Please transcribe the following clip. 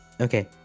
okay